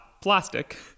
plastic